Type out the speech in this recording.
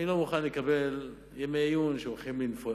אני לא מוכן לקבל ימי עיון שבהם הולכים לנפוש,